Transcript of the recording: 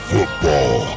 Football